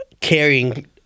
carrying